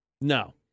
No